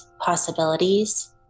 possibilities